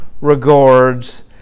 regards